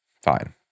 Fine